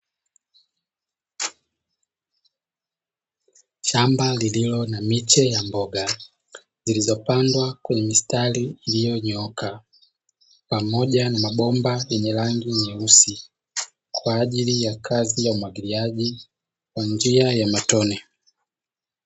Shamba lililo na miche ya mboga zilizopandwa kwenye mistari iliyonyooka pamoja na mabomba yenye rangi nyeusi kwa ajili ya kazi ya umwagiliaji kwa njia ya matone.